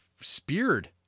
speared